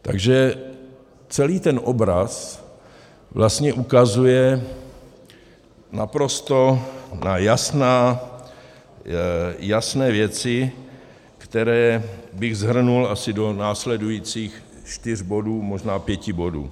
Takže celý ten obraz vlastně ukazuje naprosto na jasné věci, které bych shrnul asi do následujících čtyř bodů, možná pěti bodů.